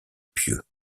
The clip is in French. pieux